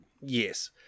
Yes